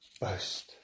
boast